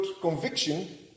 conviction